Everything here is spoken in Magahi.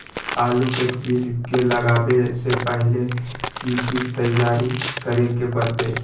आलू के बीज के लगाबे से पहिले की की तैयारी करे के परतई?